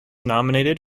nominated